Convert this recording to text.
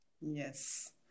Yes